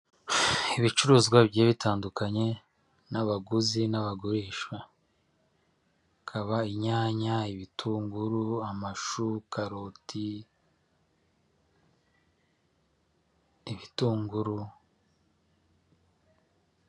Ibicuruzwa bigiye bitandukanye n'abaguzi n'abagurisha hakaba inyanya, ibitunguru, amashu, karoti, ibitunguru.